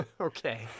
Okay